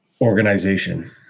organization